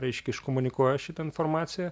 reiškia iškomunikuoja šitą informaciją